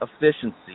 efficiency